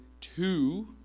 Two